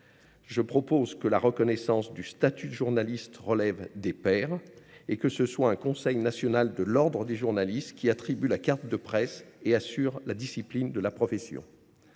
Je propose donc que la reconnaissance du statut de journaliste relève des pairs et que ce soit un conseil national de l’ordre des journalistes qui attribue la carte de presse et assure la discipline de la profession.